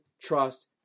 trust